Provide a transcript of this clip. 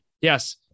Yes